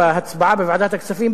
בהצבעה בוועדת הכספים,